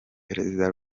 perezida